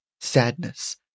sadness